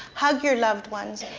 hug your loved ones,